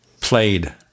played